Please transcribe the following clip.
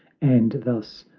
and thus,